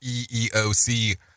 eeoc